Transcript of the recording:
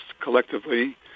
collectively